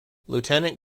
lieutenant